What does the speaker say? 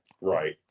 Right